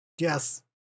yes